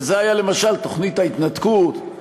וזה היה למשל תוכנית ההתנתקות.